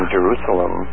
Jerusalem